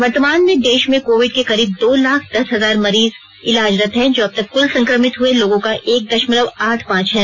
वर्तमान में देश में कोविड के करीब दो लाख दस हजार मरीज इलाजरत हैं जो अब तक कुल संक्रमित हुए लोगों का एक दशमलव आठ पांच है